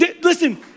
Listen